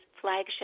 flagship